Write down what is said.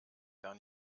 gar